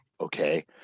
okay